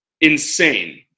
insane